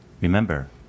Remember